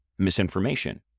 misinformation